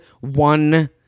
one